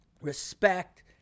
respect